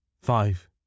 Five